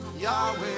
Yahweh